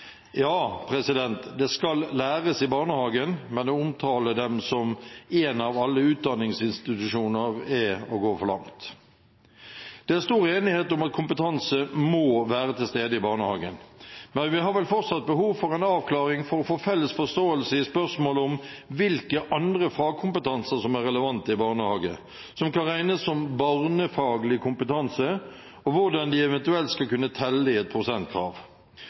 Ja, det skal læres i barnehagen, men å omtale dem som en av alle utdanningsinstitusjoner er å gå for langt. Det er stor enighet om at kompetanse må være til stede i barnehagen, men vi har vel fortsatt behov for en avklaring for å få felles forståelse i spørsmålet om hvilke andre fagkompetanser som er relevante i barnehage, som kan regnes som barnefaglig kompetanse, og hvordan de eventuelt skal kunne telle i et prosentkrav.